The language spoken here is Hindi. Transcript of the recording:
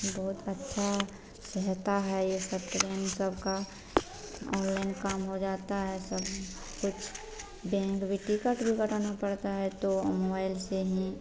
बहुत अच्छा सहायता है यह सब सबका ओनलाइन काम हो जाता है सब कुछ बेंक भी टिकट भी कटाना पड़ता है तो मोबाइल से ही